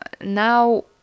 now